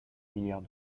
milliards